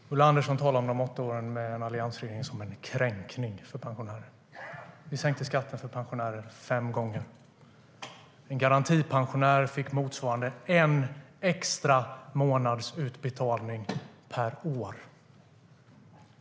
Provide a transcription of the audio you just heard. Herr talman! Ulla Andersson talar om de åtta åren med en alliansregering som en kränkning för pensionärer. Vi sänkte skatten för pensionärer fem gånger, och en garantipensionär fick motsvarande en extra månads utbetalning per år.